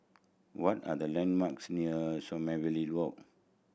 what are the landmarks near Sommerville Walk